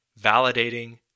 validating